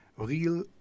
real